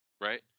right